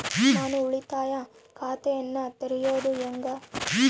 ನಾನು ಉಳಿತಾಯ ಖಾತೆಯನ್ನ ತೆರೆಯೋದು ಹೆಂಗ?